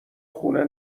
خونه